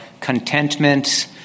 contentment